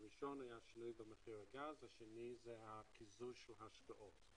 הראשון היה שינוי במחיר הגז והשני היה קיזוז של ההשקעות.